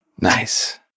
Nice